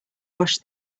wash